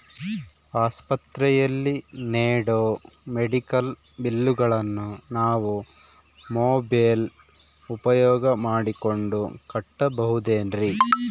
ಆಸ್ಪತ್ರೆಯಲ್ಲಿ ನೇಡೋ ಮೆಡಿಕಲ್ ಬಿಲ್ಲುಗಳನ್ನು ನಾವು ಮೋಬ್ಯೆಲ್ ಉಪಯೋಗ ಮಾಡಿಕೊಂಡು ಕಟ್ಟಬಹುದೇನ್ರಿ?